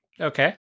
Okay